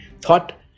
thought